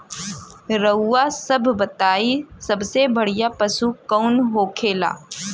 रउआ सभ बताई सबसे बढ़ियां पशु कवन होखेला?